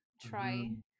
Try